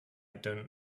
don’t